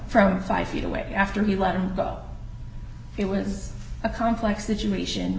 from five feet away after he let him out it was a complex situation